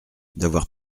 d’avoir